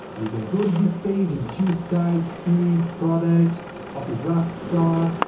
and you can go to this page and choose type, series, product of your graphics card,